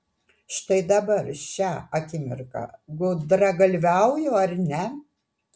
štai dabar šią akimirką gudragalviauju ar ne